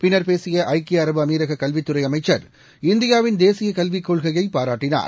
பின்னர் பேசிய ஐக்கிய அரபு அமீரக கல்வித்துறை அமைச்சர் இந்தியாவின் தேசிய கல்விக்கொள்கையை பாராட்டினார்